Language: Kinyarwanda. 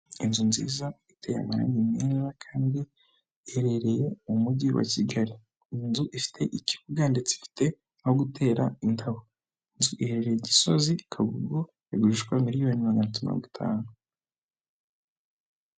Inzu nziza iteye amarange meza kandi iherereye mu mujyi wa Kigali, iyi inzu ifite ikibuga ndetse ifite aho gutera indabo, inzu iherereye i Gisozi Kabuga igurishwa miliyoni magana tatu na mirongo itanu.